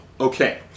Okay